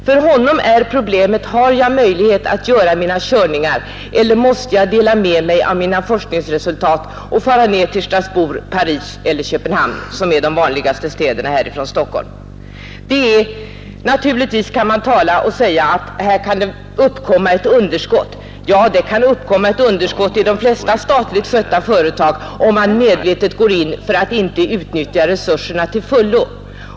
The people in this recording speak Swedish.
För honom är problemet: Har jag möjlighet att göra mina körningar eller måste jag dela med mig av mina forskningsresultat och från Stockholm fara ner till Strasbourg, Köpenhamn eller Paris, som är de vanligaste städerna i detta sammanhang. Naturligtvis kan det uppkomma ett underskott på denna verksamhet. Det kan uppkomma ett underskott i de flesta statligt skötta företag, om man medvetet går in för att inte utnyttja resurserna till fullo.